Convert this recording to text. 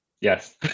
Yes